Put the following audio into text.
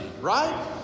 Right